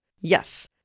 Yes